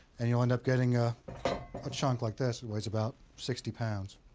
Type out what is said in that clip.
and you'll end up getting a a chunk like this that weighs about sixty pounds.